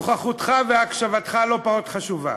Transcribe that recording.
נוכחותך והקשבתך לא פחות חשובות.